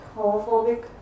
homophobic